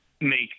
make